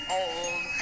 old